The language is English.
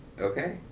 Okay